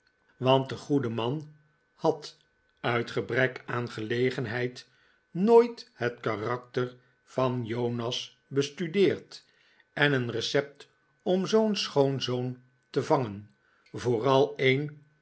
want de goede man had uit gebrek aan gelegenheid nooit het karakter van jonas bestudeerd en een recept om zoo'n schoonzoon te vangen vooral een